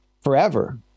forever